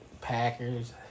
Packers